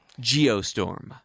Geostorm